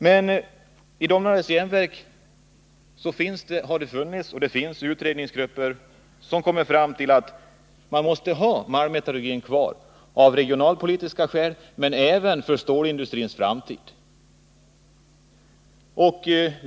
Men i Domnarvets Jernverk har utredningsgrupper kommit fram till att man måste ha malmmetallurgin kvar av regionalpolitiska skäl och även med hänsyn till stålindustrins framtid.